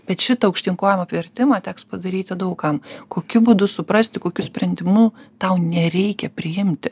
bet šitą aukštyn kojom apvertimą teks padaryti daug kam kokiu būdu suprasti kokių sprendimų tau nereikia priimti